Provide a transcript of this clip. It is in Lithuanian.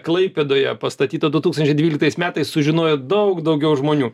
klaipėdoje pastatyta du tūkstančiai dvyliktais metais sužinojo daug daugiau žmonių